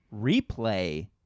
replay